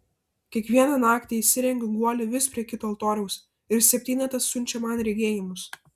kiekvieną naktį įsirengiu guolį vis prie kito altoriaus ir septynetas siunčia man regėjimus